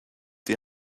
die